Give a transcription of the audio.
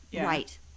Right